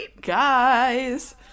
Guys